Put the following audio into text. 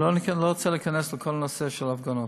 אני לא רוצה להיכנס לכל הנושא של הפגנות.